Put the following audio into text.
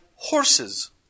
Horses